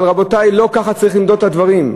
אבל, רבותי, לא ככה צריך למדוד את הדברים.